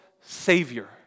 savior